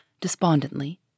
despondently